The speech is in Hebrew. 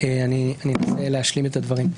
אני אנסה להשלים את הדברים.